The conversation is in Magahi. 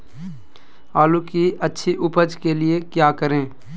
आलू की अच्छी उपज के लिए क्या करें?